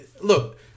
look